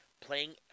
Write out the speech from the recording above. playing